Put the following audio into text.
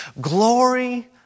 glory